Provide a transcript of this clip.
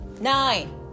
nine